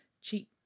Cheap